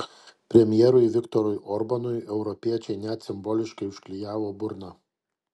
premjerui viktorui orbanui europiečiai net simboliškai užklijavo burną